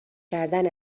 کردن